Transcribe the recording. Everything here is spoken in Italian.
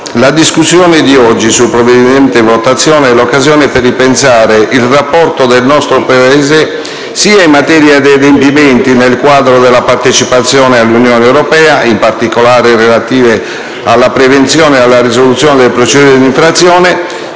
la discussione di oggi sui provvedimenti in votazione è l'occasione per ripensare il rapporto del nostro Paese sia in materia di adempimenti nel quadro della partecipazione all'Unione europea, in particolare relativi alla prevenzione e alla risoluzione delle procedure di infrazione,